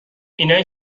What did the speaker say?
اینایی